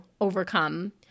overcome